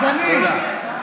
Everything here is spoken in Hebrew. תודה.